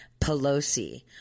Pelosi